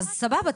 אז סבבה,